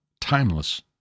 timeless